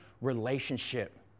relationship